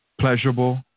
pleasurable